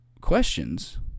questions